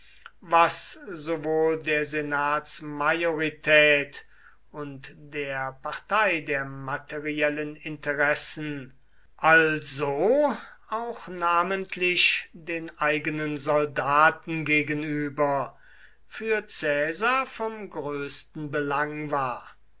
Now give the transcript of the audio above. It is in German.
was sowohl der senatsmajorität und der partei der materiellen interessen also auch namentlich den eigenen soldaten gegenüber für caesar vom größten belang war